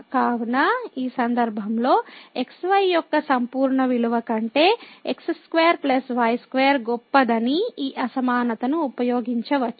కావున ఈ సందర్భంలో xy యొక్క సంపూర్ణ విలువ కంటే x2 y2 గొప్పదని ఈ అసమానతను ఉపయోగించవచ్చు